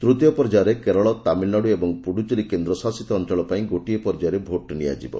ତୂତୀୟ ପର୍ଯ୍ୟାୟରେ କେରଳ ତାମିଲନାଡୁ ଓ ପୁଡ଼ୁଚେରୀ କେନ୍ଦ୍ରଶାସିତ ଅଞ୍ଚଳ ପାଇଁ ଗୋଟିଏ ପର୍ଯ୍ୟାୟରେ ଭୋଟ ନିଆଯିବ